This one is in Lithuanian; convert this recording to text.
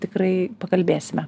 tikrai pakalbėsime